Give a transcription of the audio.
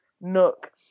nook